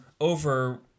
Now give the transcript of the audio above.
Over